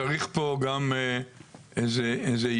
לא, אבל צריך פה גם איזה איזון.